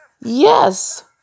yes